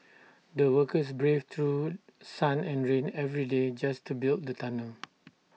the workers braved through sun and rain every day just to build the tunnel